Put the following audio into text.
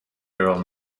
girl